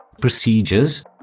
procedures